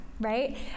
right